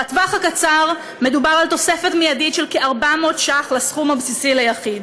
בטווח הקצר מדובר על תוספת מיידית של כ-400 שקלים לסכום הבסיסי ליחיד.